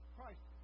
Christ